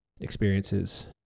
experiences